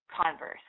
Converse